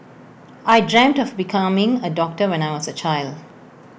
I dreamt of becoming A doctor when I was A child